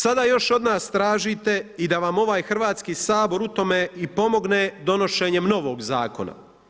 Sada još od nas tražite i da vam ovaj Hrvatski sabor u tome i pomogne donošenjem novog Zakona.